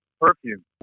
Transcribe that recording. Perfume